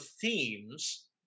themes